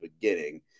beginning